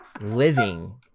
living